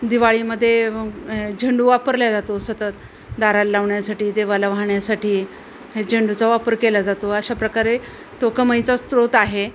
दिवाळीमदे झेंडू वापरला जातो सतत दाराला लावण्यासाठी देवाला वाहण्यासाठी हे झेंडूचा वापर केला जातो अशा प्रकारे तो कमाईचा स्रोत आहे